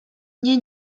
nie